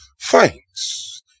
thanks